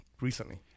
recently